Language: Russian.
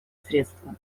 средства